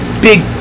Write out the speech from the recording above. big